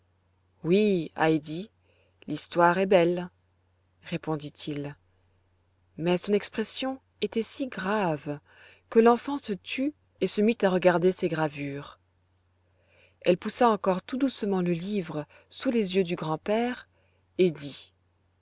oui heidi l'histoire est belle répondit-il mais son expression était si grave que l'enfant se tut et se mit à regarder ses gravures elle poussa encore tout doucement le livre sous les yeux du grand-père et dit